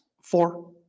four